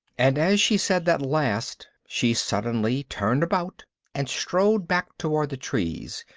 and as she said that last, she suddenly turned about and strode back toward the trees,